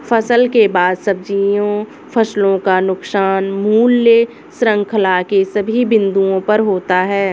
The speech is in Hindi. फसल के बाद सब्जियों फलों का नुकसान मूल्य श्रृंखला के सभी बिंदुओं पर होता है